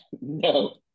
no